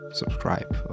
subscribe